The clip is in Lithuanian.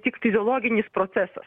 tik fiziologinis procesas